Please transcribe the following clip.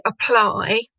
apply